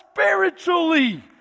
spiritually